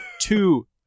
Two